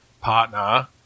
partner